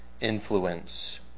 influence